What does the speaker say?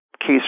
case